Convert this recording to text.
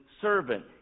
servant